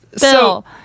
Bill